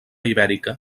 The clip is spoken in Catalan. ibèrica